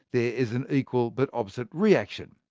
there is an equal but opposite reaction.